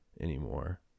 anymore